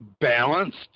balanced